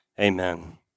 Amen